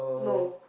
no